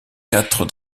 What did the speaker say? quatre